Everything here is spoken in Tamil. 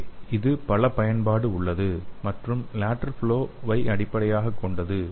ஏ இது பலபயன்பாடு உள்ளது மற்றும் லேடெரல் ஃப்ளொவை அடிப்படையாகக் கொண்டது